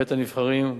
בבית-הנבחרים,